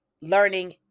learning